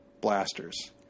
blasters